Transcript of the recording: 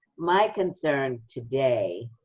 my concern today,